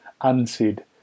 unsaid